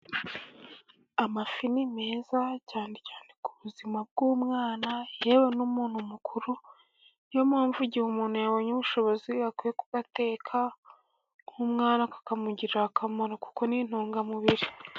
Amafi ni meza cyane cyane ku buzima bw'umwana, yewe n'umuntu mukuru niyo mpamvu igihe umuntu yabonye ubushobozi akwiye kuyateka nk'umwana akamugirira akamaro kuko ni intungamubiri.